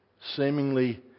seemingly